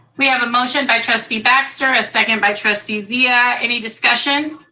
we have a motion by trustee baxter ah second by trustee zia. any discussion?